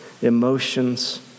emotions